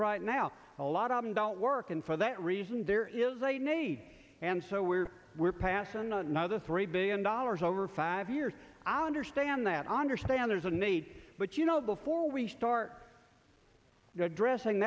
right now a lot of them don't work and for that reason there is a need and so we're we're passon another three billion dollars over five years i understand that i understand there's a need but you know though for we start addressing